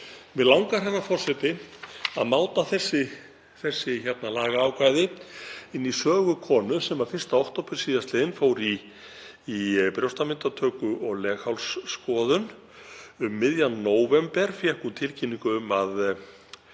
Mig langar, herra forseti, að máta þessi lagaákvæði inn í sögu konu sem 1. október síðastliðinn fór í brjóstamyndatöku og leghálsskoðun. Um miðjan nóvember fékk hún tilkynningu um að